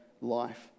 life